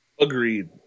Agreed